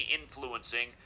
influencing